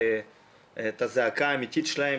את הזעקה האמיתית שלהם,